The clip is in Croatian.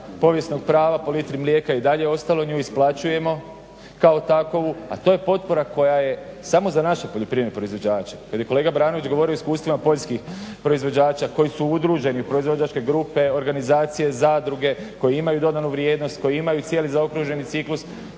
povijesnog prava po litri mlijeka i dalje je ostalo, nju isplaćujemo kao takvu a to je potpora koja je samo za naše poljoprivredne proizvođače. Kad je kolega Baranović govorio o iskustvima poljskih proizvođača koji su udruženi u proizvođačke grupe, organizacije, zadruge, koje imaju dodanu vrijednost, koje imaju cijeli zaokruženi ciklus